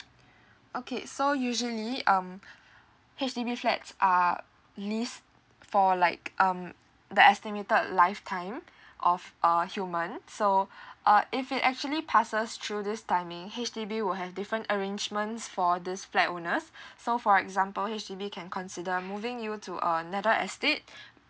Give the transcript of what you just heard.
okay so usually um H_D_B flats are leased for like um the estimated lifetime of a human so uh if it actually passes through this timing H_D_B will have different arrangements for this flat owners so for example H_D_B can consider moving you to another estate